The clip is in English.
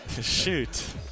Shoot